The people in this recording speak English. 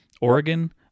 Oregon